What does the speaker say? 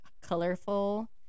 colorful